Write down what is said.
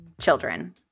children